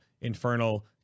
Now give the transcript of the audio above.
infernal